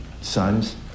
sons